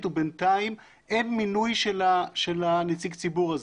ובינתיים אין מינוי של נציג הציבור הזה.